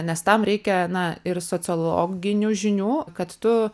nes tam reikia na ir sociologinių žinių kad tu